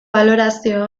balorazio